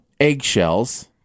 eggshells